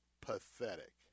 pathetic